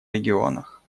регионах